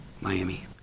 Miami